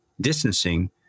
distancing